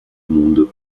monde